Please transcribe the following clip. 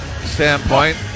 standpoint